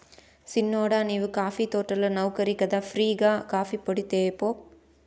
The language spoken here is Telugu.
సిన్నోడా నీవు కాఫీ తోటల నౌకరి కదా ఫ్రీ గా కాఫీపొడి తేపో